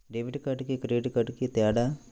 Debit కార్డుకి credit కార్డుకి తేడా?